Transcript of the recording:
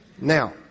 Now